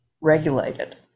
regulated